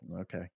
okay